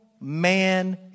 man